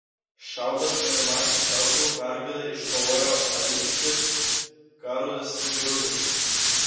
šaudant pneumatiniu šautuvu pergalę iškovojo alytiškis karolis girulis